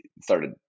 started